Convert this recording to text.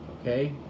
Okay